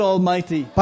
Almighty